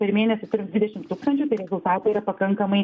per mėnesį turim dvidešim tūkstančių tai rezultatai yra pakankamai